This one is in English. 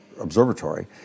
Observatory